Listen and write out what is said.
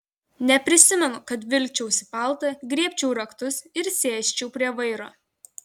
neprisimenu kad vilkčiausi paltą griebčiau raktus ir sėsčiau prie vairo